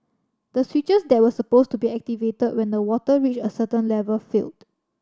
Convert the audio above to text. the switches that were supposed to be activated when the water reached a certain level failed